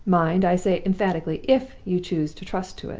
mind! i say emphatically, if you choose to trust to it.